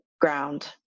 ground